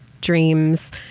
dreams